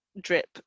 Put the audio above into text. drip